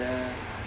orh damn